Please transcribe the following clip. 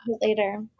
later